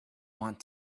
want